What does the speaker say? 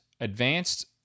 advanced